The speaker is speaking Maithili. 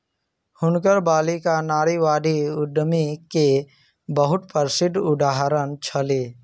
हुनकर बालिका नारीवादी उद्यमी के बहुत प्रसिद्ध उदाहरण छली